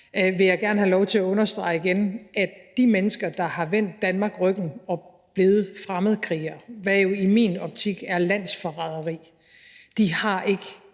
vil jeg gerne have lov til at understrege igen, at de mennesker, der har vendt Danmark ryggen og er blevet fremmedkrigere, hvad der jo i min optik er landsforræderi, ikke